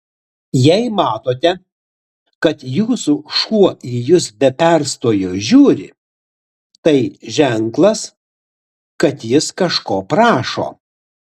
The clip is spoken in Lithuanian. jei matote kad jūsų šuo į jus be perstojo žiūri tai ženklas kad jis kažko prašo